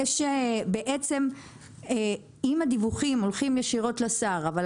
אם הדיווחים הולכים ישירות לשר אבל